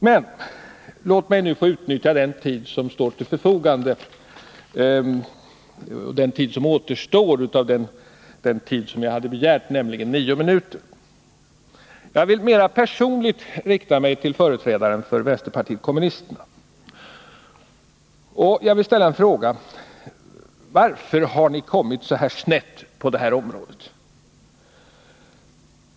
Men låt mig nu få utnyttja den tid som återstår av de nio minuter som jag hade begärt till att mera personligt rikta mig till företrädare för vänsterpartiet kommunisterna. Varför har ni kommit så snett på detta område?